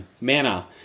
manna